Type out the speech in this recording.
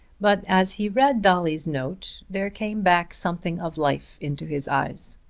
but, as he read dolly's note, there came back something of life into his eyes.